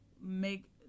make